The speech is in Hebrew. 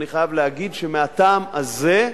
אני חייב להגיד שמהטעם הזה,